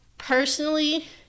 Personally